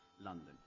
London